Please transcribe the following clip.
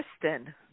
Kristen